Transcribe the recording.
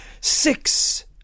Six